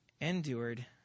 endured